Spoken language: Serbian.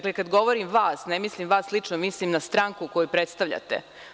Kada govorim vas, ne mislim vas lično, mislim na stranku koju predstavljate.